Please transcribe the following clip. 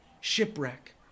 shipwreck